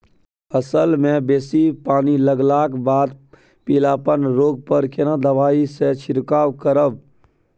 फसल मे बेसी पानी लागलाक बाद पीलापन रोग पर केना दबाई से छिरकाव करब?